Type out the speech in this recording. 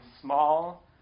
small